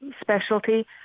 specialty